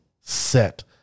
set